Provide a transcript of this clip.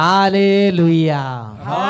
Hallelujah